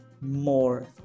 more